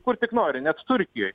kur tik nori net turkijoj